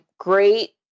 great